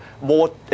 more